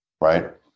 right